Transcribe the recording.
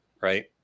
right